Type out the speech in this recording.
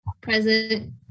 Present